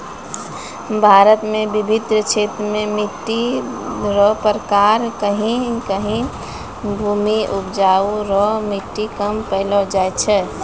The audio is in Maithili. भारत मे बिभिन्न क्षेत्र मे मट्टी रो प्रकार कहीं कहीं भूमि उपजाउ रो मट्टी कम पैलो जाय छै